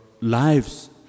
lives